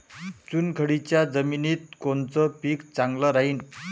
चुनखडीच्या जमिनीत कोनचं पीक चांगलं राहीन?